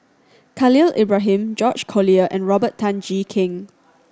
Khalil Ibrahim George Collyer and Robert Tan Jee Keng